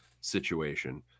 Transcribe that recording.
situation